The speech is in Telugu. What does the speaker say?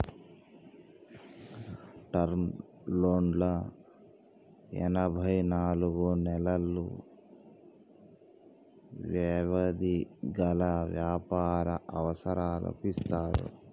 టర్మ్ లోన్లు ఎనభై నాలుగు నెలలు వ్యవధి గల వ్యాపార అవసరాలకు ఇస్తారు